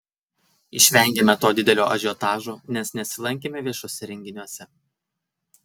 išvengėme to didelio ažiotažo nes nesilankėme viešuose renginiuose